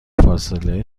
فاصله